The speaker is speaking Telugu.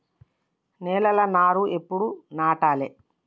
నేలలా నారు ఎప్పుడు నాటాలె?